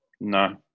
no